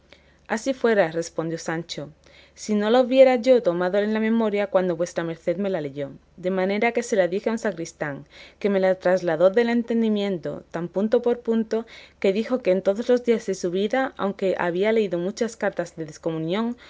así fuera respondió sancho si no la hubiera yo tomado en la memoria cuando vuestra merced me la leyó de manera que se la dije a un sacristán que me la trasladó del entendimiento tan punto por punto que dijo que en todos los días de su vida aunque había leído muchas cartas de descomunión